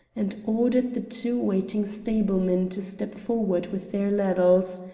and ordered the two waiting stablemen to step forward with their ladles.